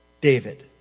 David